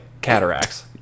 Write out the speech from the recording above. cataracts